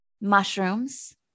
mushrooms